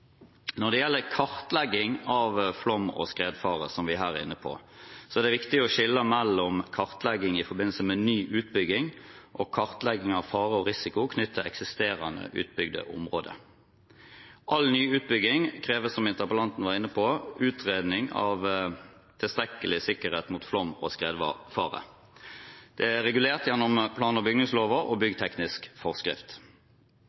Når det gjelder kartlegging av flom- og skredfare, som vi her er inne på, er det viktig å skille mellom kartlegging i forbindelse med ny utbygging og kartlegging av fare og risiko knyttet til eksisterende utbygde områder. All ny utbygging krever, som interpellanten var inne på, utredning av tilstrekkelig sikkerhet mot flom og skredfare. Det er regulert gjennom plan- og bygningsloven og